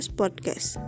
podcast